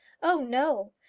oh, no.